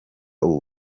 ubu